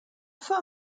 fur